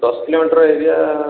ଦଶ kilometre area